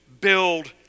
build